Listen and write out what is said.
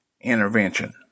intervention